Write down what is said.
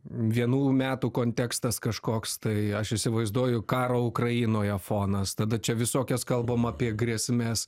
vienų metų kontekstas kažkoks tai aš įsivaizduoju karo ukrainoje fonas tada čia visokias kalbam apie grėsmes